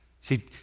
See